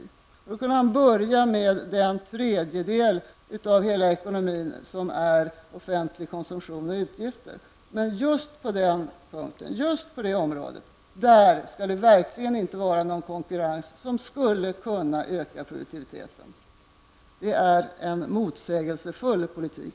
Finansministern kunde då börja med den tredjedel av hela ekonomin som är offentlig konsumtion och utgifter. Men just på det området skall det verkligen inte vara någon konkurrens, som skulle kunna öka produktiviteten. Det är en motsägelsefull politik.